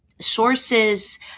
Sources